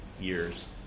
years